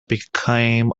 became